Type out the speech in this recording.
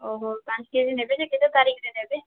ଓହୋ ପାଞ୍ଚ୍ କେଜି ନେବେ ଯେ କେତେ ତାରିଖ୍ରେ ନେବେ